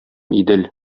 идел